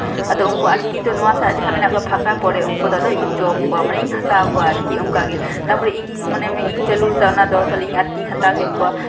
ᱟᱫᱚ ᱟᱴᱴᱤ ᱫᱚ ᱱᱚᱣᱟ ᱥᱟ ᱡᱟᱦᱟᱸ ᱢᱮᱱᱟᱜ ᱠᱚᱣᱟ ᱯᱷᱟᱸᱠᱟ ᱯᱚᱨᱮ ᱩᱱᱠᱩ ᱫᱚ ᱟᱫᱚ ᱤᱧ ᱡᱚᱢ ᱠᱚᱣᱟ ᱢᱟᱱᱮᱧ ᱦᱟᱛᱟᱣ ᱠᱚᱣᱟ ᱟᱨᱠᱤ ᱚᱱᱠᱟᱜᱮ ᱛᱟᱨᱯᱚᱨᱮ ᱢᱚᱱᱮ ᱢᱮ ᱤᱧ ᱪᱟᱹᱞᱩ ᱞᱮᱫᱟ ᱚᱱᱟ ᱫᱚ ᱛᱟᱦᱞᱮ ᱤᱧ ᱟᱴᱴᱤᱧ ᱦᱟᱛᱟᱣ ᱠᱮᱫ ᱠᱚᱣᱟ